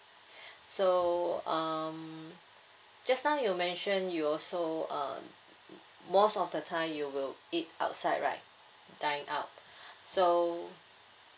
so um just now you mention you also uh most of the time you will eat outside right dine out so